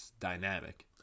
dynamic